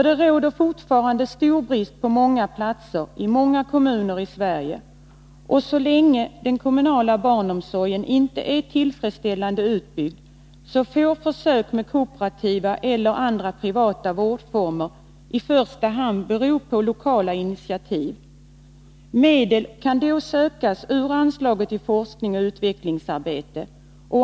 Det råder fortfarande stor brist på många platser i många kommuner i Sverige, och så länge den kommunala barnomsorgen inte är tillfredsställande utbyggd får försök med kooperativa eller andra privata vårdformer i första hand bero på lokala initiativ. Medel kan då sökas ur anslaget till forskningsoch utvecklingsarbete.